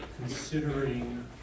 considering